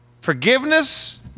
forgiveness